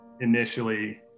initially